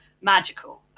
magical